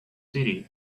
city